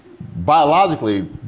biologically